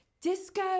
Disco